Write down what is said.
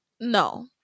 no